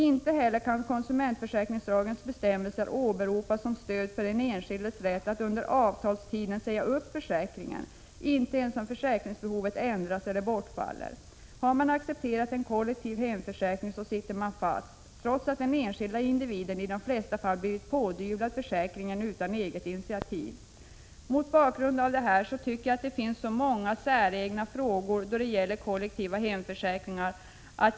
Inte heller kan konsumentförsäkringsbolagens bestämmelser åberopas som stöd för den enskildes rätt att under avtalstiden säga upp försäkringen, inte ens om försäkringsbehovet ändras eller bortfaller. Har man accepterat en kollektiv hemförsäkring sitter man fast, trots att den enskilde individen i de flesta fall blivit pådyvlad försäkringen utan eget initiativ. Det finns många säregna frågor då det gäller kollektiva hemförsäkringar.